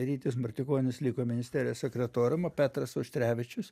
rytis martikonis liko ministerijos sekretorium o petras auštrevičius